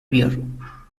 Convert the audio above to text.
بیار